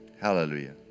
Hallelujah